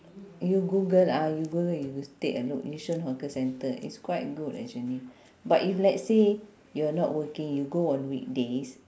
you google ah you google you take a look yishun hawker centre it's quite good actually but if let's say you are not working you go on weekdays